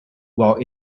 while